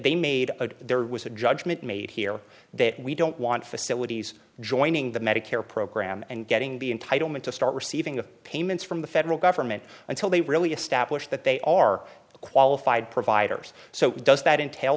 they made but there was a judgment made here that we don't want facilities joining the medicare program and getting be entitlement to start receiving the payments from the federal government until they really establish that they are qualified providers so does that entail